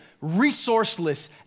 Resourceless